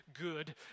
good